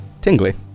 Tingly